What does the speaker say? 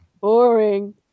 boring